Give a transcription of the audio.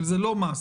זה לא מס.